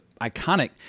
iconic